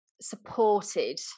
supported